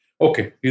Okay